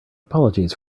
apologies